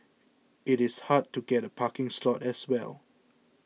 it is hard to get a parking slot as well